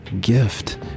gift